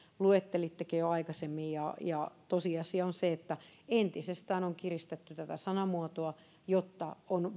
luettelittekin jo aikaisemmin tosiasia on se että entisestään on kiristetty tätä sanamuotoa jotta on